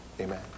Amen